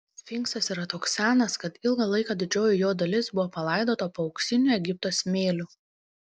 sfinksas yra toks senas kad ilgą laiką didžioji jo dalis buvo palaidota po auksiniu egipto smėliu